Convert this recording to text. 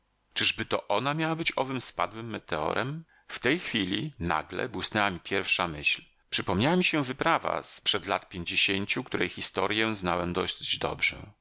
czyżby to ona miała być owym spadłym meteorem w tej chwili nagle błysnęła mi pierwsza myśl przypomniała mi się wyprawa z przed lat pięćdziesięciu której historję znałem dosyć dobrze